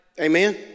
Amen